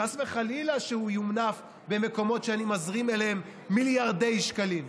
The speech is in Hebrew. חס וחלילה שהוא יונף במקומות שאני מזרים אליהם מיליארדי שקלים.